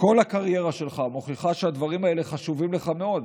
שכל הקריירה שלך מוכיחה שהדברים האלה חשובים לך מאוד,